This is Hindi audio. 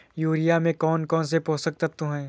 यूरिया में कौन कौन से पोषक तत्व है?